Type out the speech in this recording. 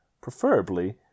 Preferably